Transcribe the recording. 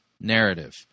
Narrative